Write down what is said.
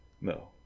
No